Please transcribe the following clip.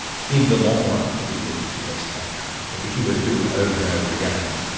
in the long run, would lead to the best outcome. so if you were to do it over and over again.